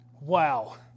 Wow